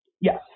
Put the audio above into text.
Yes